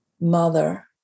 mother